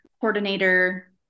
coordinator